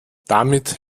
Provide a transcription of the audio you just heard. damit